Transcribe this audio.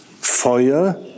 Feuer